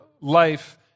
life